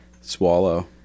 swallow